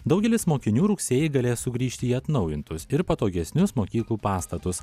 daugelis mokinių rugsėjį galės sugrįžti į atnaujintus ir patogesnius mokyklų pastatus